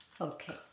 Okay